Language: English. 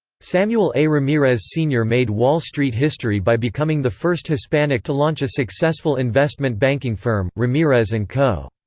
samuel a. ramirez sr. made wall street history by becoming the first hispanic to launch a successful investment banking firm, ramirez and co.